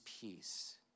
peace